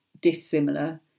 dissimilar